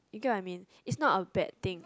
you get what I mean it's not a bad thing